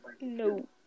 No